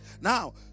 Now